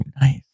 nice